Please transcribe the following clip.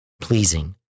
pleasing